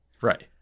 Right